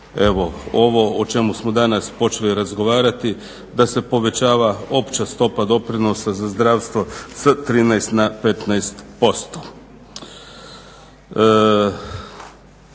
ovo o čemu smo danas počeli razgovarati, da se povećava opća stopa doprinosa za zdravstvo, sa 13 na 15%.